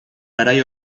garai